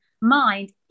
mind